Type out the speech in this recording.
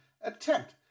attempt